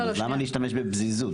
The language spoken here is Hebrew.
אז למה להשתמש בפזיזות?